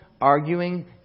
arguing